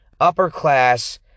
upper-class